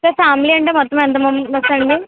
sir family అంటే మొత్తం ఎంత మంది ఉండవచ్చు సార్ మీరు